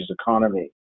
economy